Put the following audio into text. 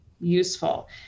useful